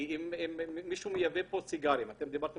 אם מישהו מייבא סיגרים ואתם אומרים